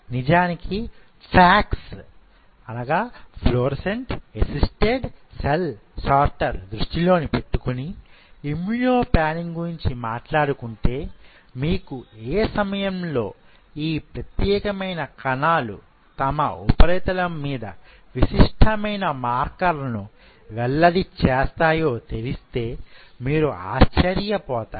నిజానికి FACS దృష్టిలో పెట్టుకొని ఇమ్మ్యునో పాన్నింగ్ గురించి మాట్లాడుకుంటే మీకు ఏ సమయంలో ఈ ప్రత్యేకమైన కణాలు తమ ఉపరితలం మీద విశిష్టమైన మార్కర్ లను వెల్లడి చేస్తాయో తెలిస్తే మీరు ఆశ్చర్యపోతారు